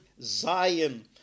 Zion